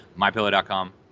MyPillow.com